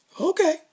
Okay